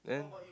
then